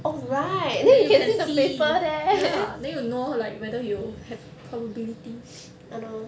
then you can see ya then you know like whether you have probability